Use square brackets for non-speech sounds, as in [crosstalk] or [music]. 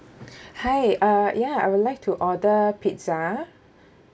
[breath] hi uh ya I would like to order pizza